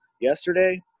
yesterday